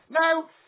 Now